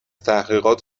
تحقیقات